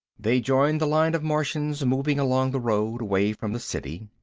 they joined the line of martians moving along the road, away from the city.